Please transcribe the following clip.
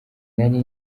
nari